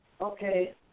okay